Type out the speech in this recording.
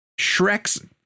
Shrek's